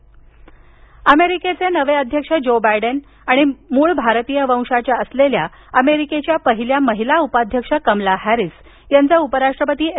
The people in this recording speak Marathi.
नायडू अमेरिकेचे नवे अध्यक्ष ज्यो बायडेन आणि मुळ आरतीय वंशाच्या असलेल्या पहिल्या महिला उपाध्यक्ष कमला हॅरीस यांचं उपराष्ट्रपती एम